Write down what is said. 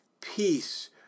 peace